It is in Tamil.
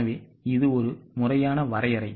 எனவே இது முறையான வரையறை